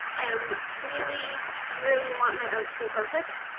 am really really want my art to be perfect.